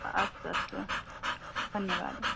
अस्तु अस्तु धन्यवादः